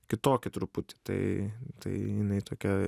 kitokį truputį tai tai jinai tokia